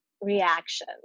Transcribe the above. reaction